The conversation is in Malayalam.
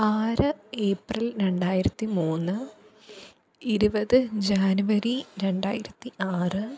ആറ് ഏപ്രിൽ രണ്ടായിരത്തി മൂന്ന് ഇരുപത് ജാനുവരി രണ്ടായിരത്തി ആറ്